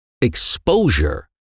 exposure